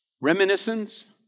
reminiscence